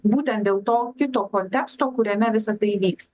būtent dėl to kito konteksto kuriame visa tai įvyks